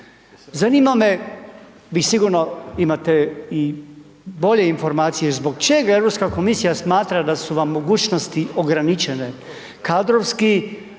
Zanima me, vi sigurno imate i bolje informacije zbog čega Europska komisija smatra da su vam mogućnosti ograničene kadrovski,